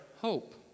hope